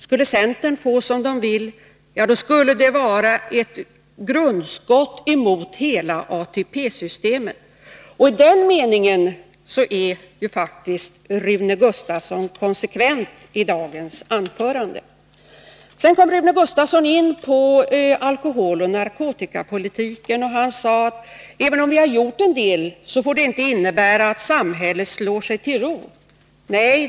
Skulle centerpartisterna få som de vill, skulle det innebära ett grundskott mot hela ATP-systemet. I det avseendet är Rune Gustavsson faktiskt konsekvent i dagens anförande. Sedan kom Rune Gustavsson in på alkoholoch narkotikapolitiken. Han sade att även om det gjorts en del, får det inte innebära att samhället slår sig tillro. Nej.